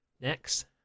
Next